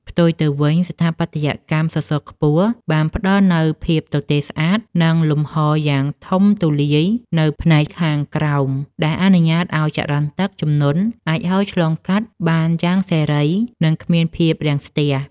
ផ្ទុយទៅវិញ ស្ថាបត្យកម្មសសរខ្ពស់បានផ្ដល់នូវភាពទទេស្អាត និងលំហយ៉ាងធំទូលាយនៅផ្នែកខាងក្រោម ដែលអនុញ្ញាតឱ្យចរន្តទឹកជំនន់អាចហូរឆ្លងកាត់បានយ៉ាងសេរី និងគ្មានភាពរាំងស្ពះ។